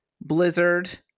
blizzard